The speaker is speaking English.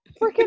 freaking